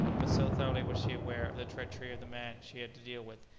but so thoroughly was she aware of the treachery of the man she had to deal with,